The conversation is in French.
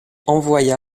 envoya